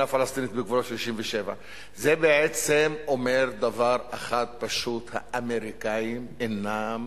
פלסטינית בגבולות 67'. זה בעצם אומר דבר אחד פשוט: האמריקנים אינם